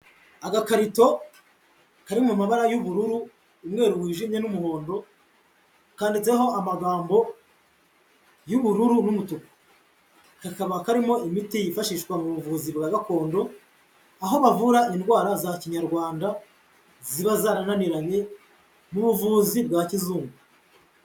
Agakarito kari mu mabara y'ubururu, umweru wijimye n'umuhondo kanditseho amagambo y'ubururu n'umutuku, kakaba karimo imiti yifashishwa mu buvuzi bwa gakondo, aho bavura indwara za kinyarwanda ziba zarananiranye m'ubuvuzi bwa kizungu.